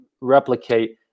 replicate